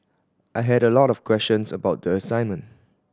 I had a lot of questions about the assignment